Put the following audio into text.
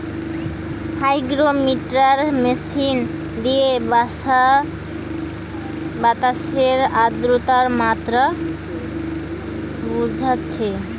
hygrometer machine দিয়ে বাতাসের আদ্রতার মাত্রা বুঝা যাচ্ছে